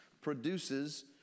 produces